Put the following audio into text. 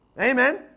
Amen